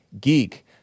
Geek